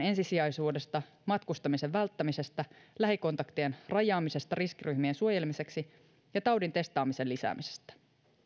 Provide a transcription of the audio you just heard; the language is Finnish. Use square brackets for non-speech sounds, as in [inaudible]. [unintelligible] ensisijaisuudesta matkustamisen välttämisestä lähikontaktien rajaamisesta riskiryhmien suojelemiseksi ja taudin testaamisen lisäämisestä